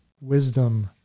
Wisdom